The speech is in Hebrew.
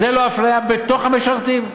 זו לא אפליה בתוך המשרתים?